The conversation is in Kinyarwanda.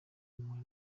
impuhwe